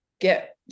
get